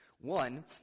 One